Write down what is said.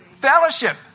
Fellowship